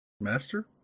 master